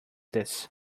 this